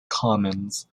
commons